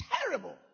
Terrible